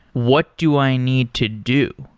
what do i need to do?